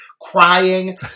crying